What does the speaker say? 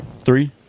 Three